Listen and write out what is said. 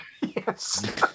Yes